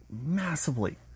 massively